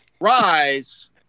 Rise